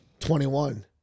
21